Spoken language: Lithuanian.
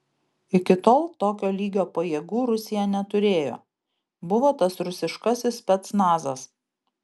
iki tol tokio lygio pajėgų rusija neturėjo buvo tas rusiškasis specnazas